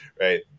right